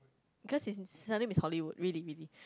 cause his surname is Hollywood really really